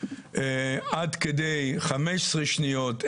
עד כדי 15 שניות,